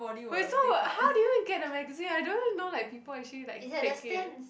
wait so how did you even get the magazine I don't even know like people actually like take it